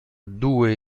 due